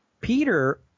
Peter